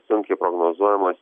sunkiai prognozuojamas